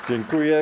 Dziękuję.